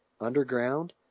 underground